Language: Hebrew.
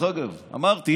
אמרתי,